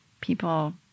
people